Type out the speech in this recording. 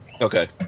Okay